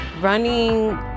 Running